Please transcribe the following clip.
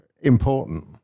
important